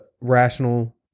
rational